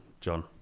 John